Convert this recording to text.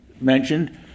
mentioned